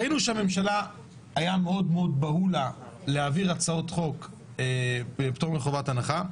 ראינו שלממשלה היה מאוד מאוד בהול להעביר הצעות חוק בפטור מחובת הנחה.